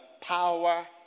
power